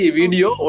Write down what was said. video